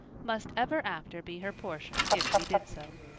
must ever after be her portion if she did so.